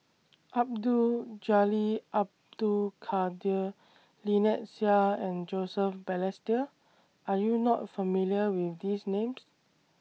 Abdul Jalil Abdul Kadir Lynnette Seah and Joseph Balestier Are YOU not familiar with These Names